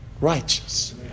Righteous